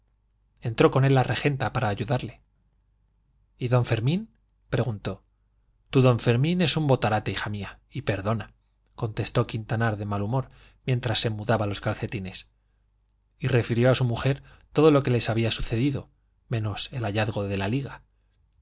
entró con él la regenta para ayudarle y don fermín preguntó tu don fermín es un botarate hija mía y perdona contestó quintanar de mal humor mientras se mudaba los calcetines y refirió a su mujer todo lo que les había sucedido menos el hallazgo de la liga